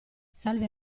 salve